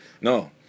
No